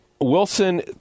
Wilson